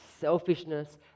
selfishness